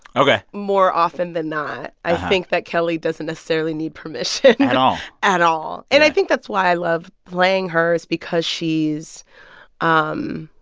ok. more often than not. i think that kelli doesn't necessarily need permission at all at all right and i think that's why i love playing her is because she's um